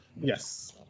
yes